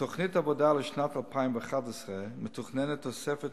בתוכנית העבודה לשנת 2011 מתוכננת תוספת